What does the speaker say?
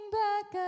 back